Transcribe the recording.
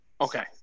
Okay